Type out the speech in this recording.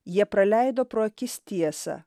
jie praleido pro akis tiesą